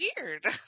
weird